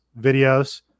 videos